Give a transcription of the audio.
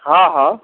हा हा